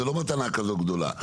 זה לא מתנה כזאת גדולה.